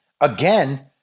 again